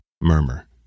Murmur